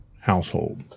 household